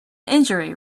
injury